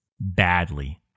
Badly